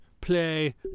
play